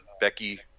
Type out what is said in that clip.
Becky